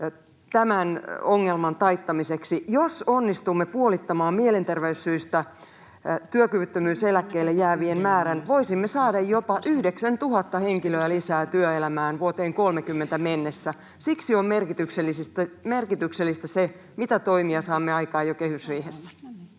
tämän ongelman taittamiseksi? Jos onnistumme puolittamaan mielenterveyssyistä työkyvyttömyys-eläkkeelle jäävien määrän, voisimme saada jopa 9 000 henkilöä lisää työelämään vuoteen 30 mennessä. Siksi on merkityksellistä se, mitä toimia saamme aikaan jo kehysriihessä.